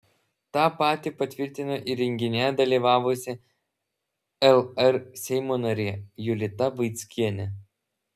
tą patį patvirtino ir renginyje dalyvavusi lr seimo narė jolita vaickienė